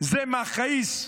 זה מכעיס,